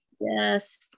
Yes